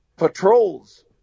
Patrols